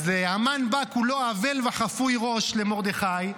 המן בא כולו אבל וחפוי ראש למרדכי.